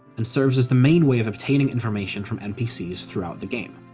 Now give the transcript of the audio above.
and serves as the main way of obtaining information from npcs throughout the game.